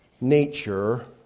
nature